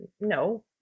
No